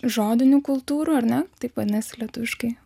žodinių kultūrų ar ne taip nes lietuviškai